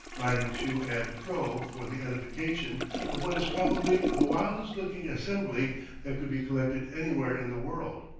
riding to and fro for the edification of what is probably the wildest-looking assembly that could be collected anywhere in the world.